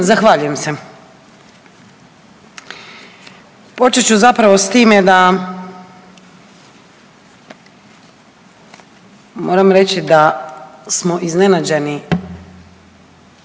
Zahvaljujem se. Počet ću zapravo s time da moram reći da smo iznenađeni,